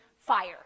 fire